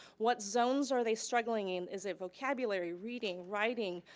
what zones are they struggling in, is it vocabulary, reading, writing?